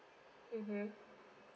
mmhmm